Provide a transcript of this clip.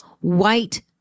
white